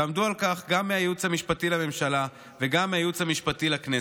ועבדו על כך גם מהייעוץ המשפטי לממשלה וגם מהייעוץ המשפטי לכנסת.